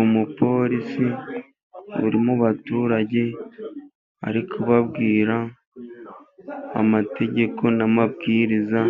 Umupolisi uri mu baturage ari kubabwira amategeko n'amabwiriza,